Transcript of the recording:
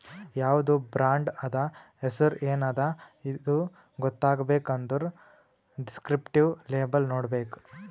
ಯಾವ್ದು ಬ್ರಾಂಡ್ ಅದಾ, ಹೆಸುರ್ ಎನ್ ಅದಾ ಇದು ಗೊತ್ತಾಗಬೇಕ್ ಅಂದುರ್ ದಿಸ್ಕ್ರಿಪ್ಟಿವ್ ಲೇಬಲ್ ನೋಡ್ಬೇಕ್